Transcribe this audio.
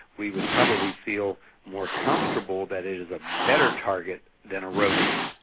we would probably feel more comfortable that it is a better target than a rodent,